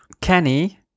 Kenny